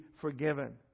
forgiven